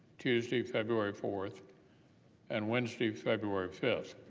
tuesday, february four and wednesday, february five.